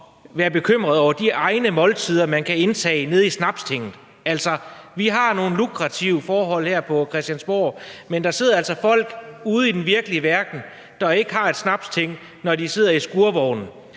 være bekymret over sine egne måltider, man kan indtage nede i Snapstinget. Altså, vi har nogle lukrative forhold her på Christiansborg, men der sidder altså folk ude i den virkelige verden, der ikke har et Snapsting, når de sidder i skurvognen.